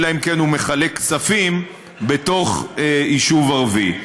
אלא אם כן הוא מחלק כספים בתוך יישוב ערבי.